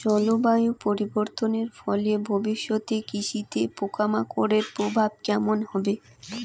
জলবায়ু পরিবর্তনের ফলে ভবিষ্যতে কৃষিতে পোকামাকড়ের প্রভাব কেমন হবে?